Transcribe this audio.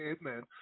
amen